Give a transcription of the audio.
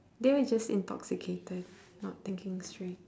they were just intoxicated not thinking straight